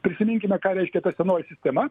prisiminkime ką reiškia ta senoji sistema